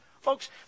Folks